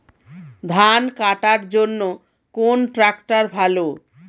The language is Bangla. ধান কাটার জন্য কোন ট্রাক্টর ভালো?